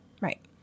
Right